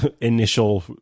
initial